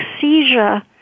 seizure